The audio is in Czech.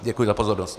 Děkuji za pozornost.